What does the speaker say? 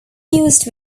used